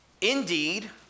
Indeed